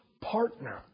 partner